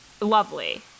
lovely